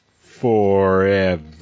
Forever